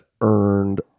earned